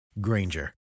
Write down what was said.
Granger